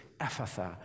Ephatha